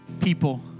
people